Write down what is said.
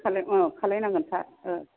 खालाम खालामनांगोन सार औ